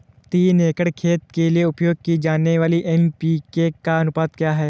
तीन एकड़ खेत के लिए उपयोग की जाने वाली एन.पी.के का अनुपात क्या है?